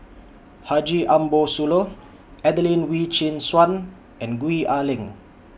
Haji Ambo Sooloh Adelene Wee Chin Suan and Gwee Ah Leng